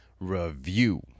review